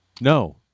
No